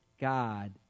God